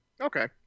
Okay